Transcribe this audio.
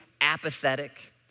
apathetic